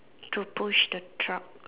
to push the truck